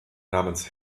namens